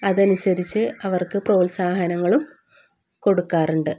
അതനുസരിച്ച് അവർക്ക് പ്രോത്സാഹനങ്ങളും കൊടുക്കാറുണ്ട്